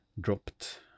dropped